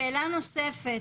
שאלה נוספת.